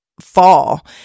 fall